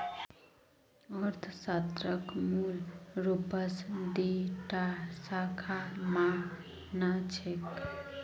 अर्थशास्त्रक मूल रूपस दी टा शाखा मा न छेक